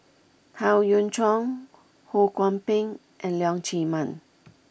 Howe Yoon Chong Ho Kwon Ping and Leong Chee Mun